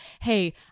hey